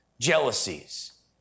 jealousies